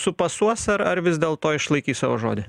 supasuos ar ar vis dėlto išlaikys savo žodį